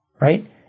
right